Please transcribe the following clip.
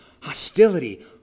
hostility